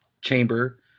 chamber